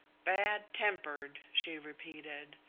bad-tempered, she repeated.